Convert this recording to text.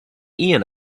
ian